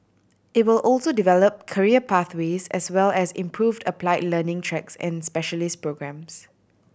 it will also develop career pathways as well as improved apply learning tracks and specialist programmes